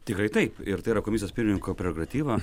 tikrai taip ir tai yra komisijos pirmininko prerogatyva